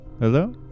Hello